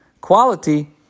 quality